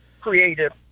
creative